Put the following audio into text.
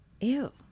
Ew